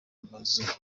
amazu